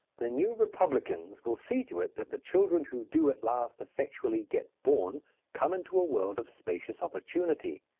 the new republicans will see to it that the children who do at last effectually get born come into a world of spacious opportunity.